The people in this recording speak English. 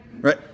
right